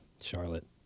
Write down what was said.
Charlotte